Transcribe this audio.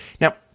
Now